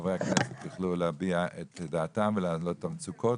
וחברי הכנסת יוכלו להביע את דעתם ולהעלות את המצוקות,